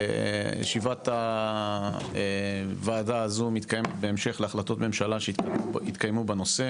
ישיבת הוועדה הזו מתקיימת בהמשך להחלטות ממשלה שהתקיימו בנושא.